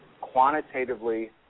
quantitatively